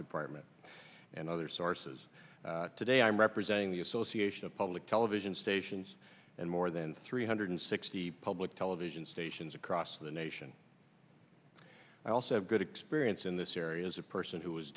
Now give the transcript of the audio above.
department and other sources today i'm representing the association of public television stations and more than three hundred sixty public television stations across the nation i also have good experience in this area as a person who was